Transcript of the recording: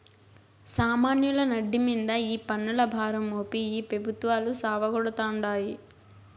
సామాన్యుల నడ్డి మింద ఈ పన్నుల భారం మోపి ఈ పెబుత్వాలు సావగొడతాండాయి